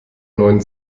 neuen